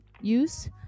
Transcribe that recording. use